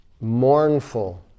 mournful